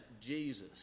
Jesus